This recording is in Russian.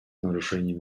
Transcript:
нарушений